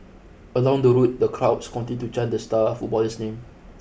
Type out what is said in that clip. along the route the crowds to chant the star footballer's name